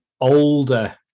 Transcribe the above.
older